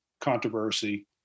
controversy